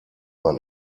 man